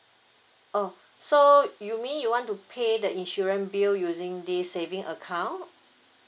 oh so you mean you want to pay the insurance bill using this saving account